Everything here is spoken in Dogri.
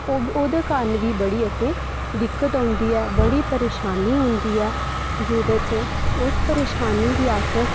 ओह्दे कारण बी बड़ी असें गी दिक्कत औंदी ऐ बड़ी परेशानी औंदी ऐ जे ह्दे च उस परेशानी गी अस